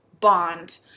bond